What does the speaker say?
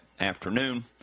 afternoon